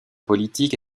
politique